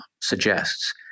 suggests